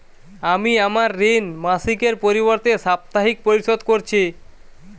আমি আমার ঋণ মাসিকের পরিবর্তে সাপ্তাহিক পরিশোধ করছি